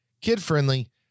kid-friendly